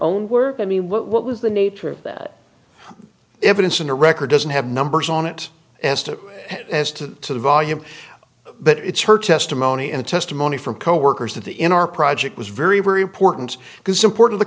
own work i mean what was the nature of that evidence in the record doesn't have numbers on it as to as to the volume but it's her testimony and testimony from coworkers at the in our project was very very important because support of the